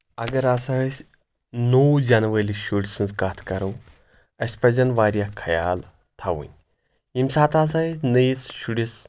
اگر ہسا ٲسۍ نوٚو زٮ۪نوٲلِس شُرۍ سٕنٛز کتھ کرو اَسہِ پزن واریاہ خیال تھوٕنۍ ییٚمہِ ساتہٕ ہسا ٲسۍ نٔیِس شُرِس